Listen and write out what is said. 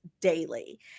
daily